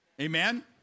amen